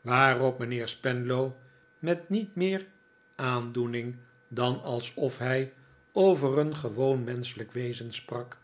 waarop mijnheer spenlow met niet meer aandoening dan alsof hij over een gewoon menschelijk wezen sprak